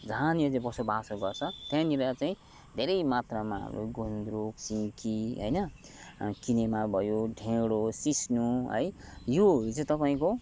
जहाँनिर चाहिँ बसोबासो गर्छ त्यहाँनिर चाहिँ धेरै मात्रामा गुन्द्रुक सिन्की होइन किनेमा भयो ढेँडो सिस्नो है योहरू चाहिँ तपाईँको